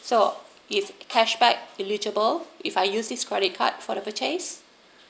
so if cashback eligible if I use this credit card for the purchase